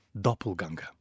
doppelganger